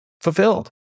fulfilled